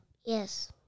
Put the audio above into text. Yes